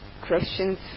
Questions